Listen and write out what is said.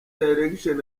direction